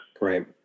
right